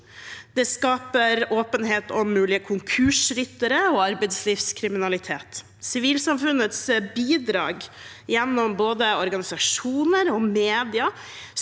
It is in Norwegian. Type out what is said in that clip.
Det skaper åpenhet om mulige konkursryttere og arbeidslivskriminalitet. Sivilsamfunnets bidrag gjennom både organisasjoner og medier